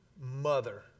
mother